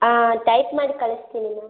ಹಾಂ ಟೈಪ್ ಮಾಡಿ ಕಳಿಸ್ತೀನಿ ಮ್ಯಾಮ್